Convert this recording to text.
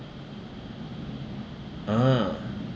a'ah